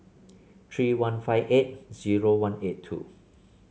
three one five eight zero one eight two